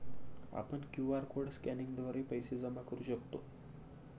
आपण QR code स्कॅनिंगद्वारे पैसे जमा करू शकतो